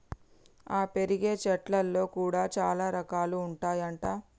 ఆ పెరిగే చెట్లల్లో కూడా చాల రకాలు ఉంటాయి అంట